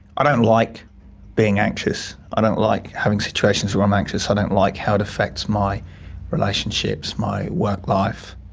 i don't like being anxious, anxious, i don't like having situations where i'm anxious, i don't like how it affects my relationships, my work life.